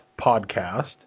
podcast